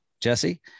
Jesse